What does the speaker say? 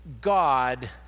God